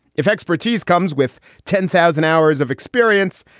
if expertise comes with ten thousand hours of experience,